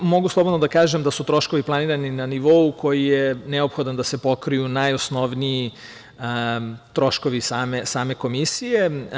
Mogu slobodno da kažem da su troškovi planirani na nivou koji je neophodan da se pokriju najosnovniji troškovi same Komisije.